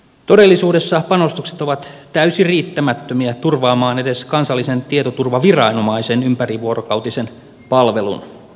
todellisuudessa panostukset ovat täysin riittämättömiä turvaamaan edes kansallisen tietoturvaviranomaisen ympärivuorokautisen palvelun